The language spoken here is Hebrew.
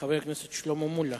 חבר הכנסת שלמה מולה.